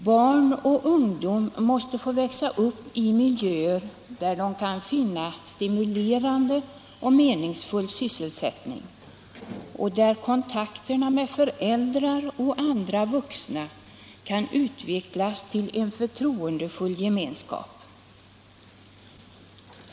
Barn och ungdom måste få växa upp i miljöer där de kan finna stimulerande och meningsfull sysselsättning och där kontakterna med föräldrar och andra vuxna kan utvecklas till en förtroendefull gemenskap.